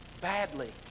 badly